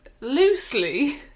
loosely